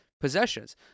possessions